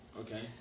Okay